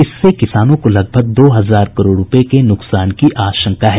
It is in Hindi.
इससे किसानों को लगभग दो हजार करोड़ रूपये के नुकसान की आशंका है